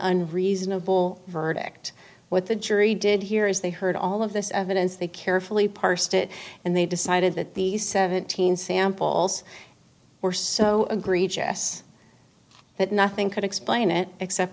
unreasonable verdict what the jury did hear is they heard all of this evidence they carefully parsed it and they decided that the seventeen samples or so agreed jess that nothing could explain it except